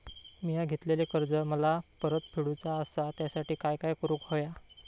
मिया घेतलेले कर्ज मला परत फेडूचा असा त्यासाठी काय काय करून होया?